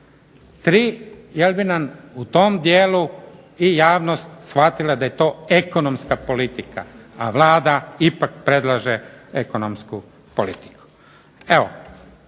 33. jel' bi nam u tom dijelu i javnost shvatila da je to ekonomska politika, a Vlada ipak predlaže ekonomsku politiku. Evo,